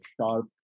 sharp